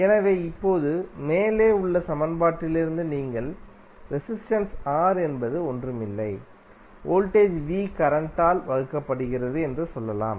எனவே இப்போது மேலே உள்ள சமன்பாட்டிலிருந்து நீங்கள் ரெசிஸ்டென்ஸ் R என்பது ஒன்றுமில்லை வோல்டேஜ் V கரண்ட் ஆல் வகுக்கப்படுகிறது என்று சொல்லலாம்